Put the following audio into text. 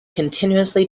continuously